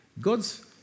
God's